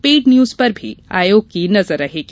paid news पर भी आयोग की नजर रहेगी